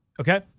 Okay